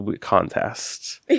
contest